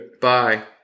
Bye